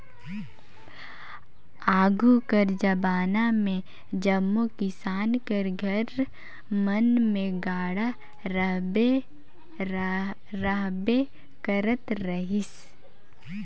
आघु कर जबाना मे जम्मो किसान कर घर मन मे गाड़ा रहबे करत रहिस